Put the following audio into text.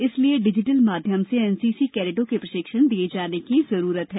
इसलिए डिजिटल माध्यम से एनसीसी कैडटों के प्रशिक्षण दिए जाने की जरूरत है